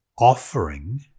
offering